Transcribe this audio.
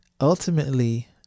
ultimately